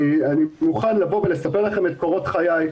אני מוכן לספר לכם את קורות חיי,